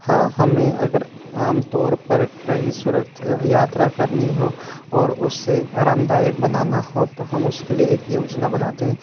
हाँ हमें अगर आमतौर पर कहीं सुरच यात्रा करनी हो और उसे आरामदायक बनाना हो तो हम उसके लिए एक योजना बनाते हैं